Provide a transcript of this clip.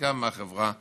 במתמטיקה מהחברה הערבית.